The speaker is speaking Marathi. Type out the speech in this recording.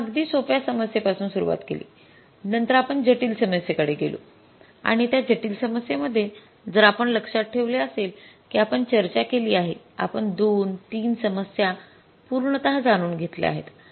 आपण अगदी सोप्या समस्येपासून सुरुवात केली नंतर आपण जटिल समस्येकडे गेलो आणि त्या जटिल समस्येमध्ये जर आपण लक्षात ठेवले असेल की आपण चर्चा केली आहे आपण २ ३ समस्या पूर्णतः जाणून घेतल्या आहेत